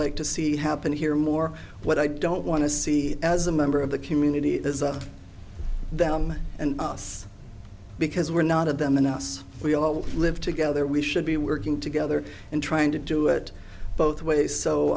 like to see happen here more what i don't want to see as a member of the community there's a them and us because we're not of them and us we all live together we should be working together and trying to do it both ways